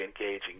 engaging